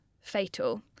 fatal